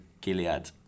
Gilead